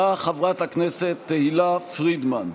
באה חברת הכנסת תהלה פרידמן,